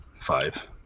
Five